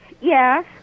Yes